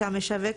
שהמשווק